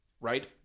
right